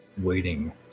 waiting